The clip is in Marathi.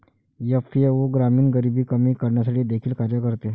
एफ.ए.ओ ग्रामीण गरिबी कमी करण्यासाठी देखील कार्य करते